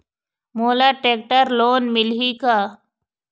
मोला tractor loan मिलही का?